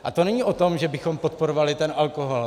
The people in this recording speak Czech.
A to není o tom, že bychom podporovali alkohol.